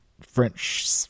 French